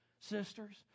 sisters